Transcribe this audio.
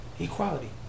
Equality